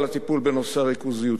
על הטיפול בנושא הריכוזיות,